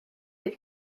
des